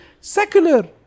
secular